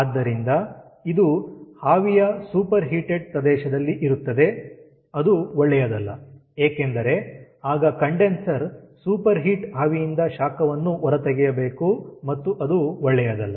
ಆದ್ದರಿಂದ ಇದು ಆವಿಯ ಸೂಪರ್ ಹೀಟೆಡ್ ಪ್ರದೇಶದಲ್ಲಿ ಇರುತ್ತದೆ ಅದು ಒಳ್ಳೆಯದಲ್ಲ ಏಕೆಂದರೆ ಆಗ ಕಂಡೆನ್ಸರ್ ಸೂಪರ್ ಹೀಟ್ ಆವಿಯಿಂದ ಶಾಖವನ್ನು ಹೊರತೆಗೆಯಬೇಕು ಮತ್ತು ಅದು ಒಳ್ಳೆಯದಲ್ಲ